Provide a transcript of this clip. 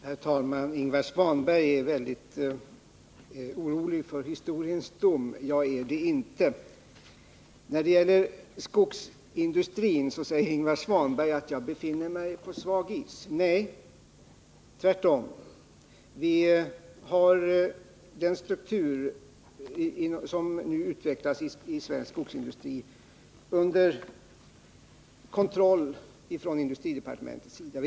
Herr talman! Ingvar Svanberg är väldigt orolig för historiens dom. Jag är det inte. När det gäller skogsindustrin säger Ingvar Svanberg att jag befinner mig på svag is. Nej, tvärtom. Vi har den struktur som nu utvecklas inom skogsindustrin under kontroll från industridepartementets sida.